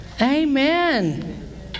Amen